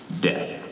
Death